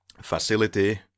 facility